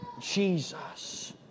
Jesus